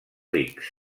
rics